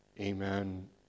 Amen